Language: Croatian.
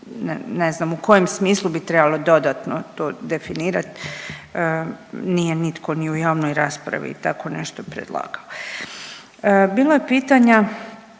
ne znam u kojem smislu bi trebalo dodatno to definirati, nije nitko ni u javnoj raspravi tako nešto predlagao. Bilo je pitanja